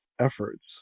efforts